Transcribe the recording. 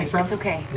that's okay,